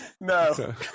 No